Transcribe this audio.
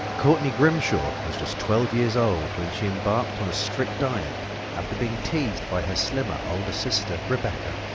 courtney grimshaw was just twelve years old when she embarked on a strict diet after being teased by her slimmer, older sister, rebecca.